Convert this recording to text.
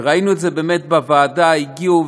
וראינו את זה באמת בוועדה: הגיעו,